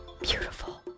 beautiful